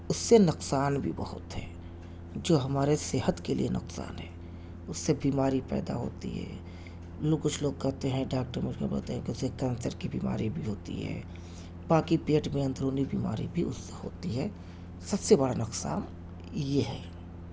اس سے نقصان بھی بہت ہے جو ہمارے صحت کے لئے نقصان ہے اس سے بیماری پیدا ہوتی ہے لو کچھ لوگ کہتے ہیں ڈاکٹر مجھ کو بتائے کہ اس سے کینسر کی بیماری بھی ہوتی ہے باقی پیٹ میں اندرونی بیماری بھی اس سے ہوتی ہے سب سے بڑا نقصان یہ ہے